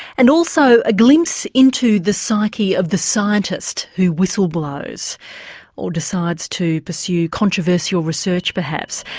and also a glimpse into the psyche of the scientist who whistle-blows or decides to pursue controversial research perhaps.